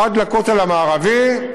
עד לכותל המערבי.